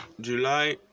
July